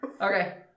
Okay